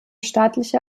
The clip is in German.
staatliche